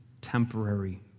temporary